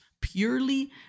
purely